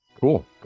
cool